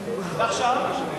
ועכשיו?